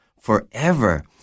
forever